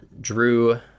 Drew